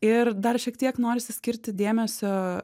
ir dar šiek tiek norisi skirti dėmesio